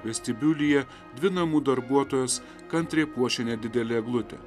vestibiulyje dvi namų darbuotojos kantriai puošė nedidelę eglutę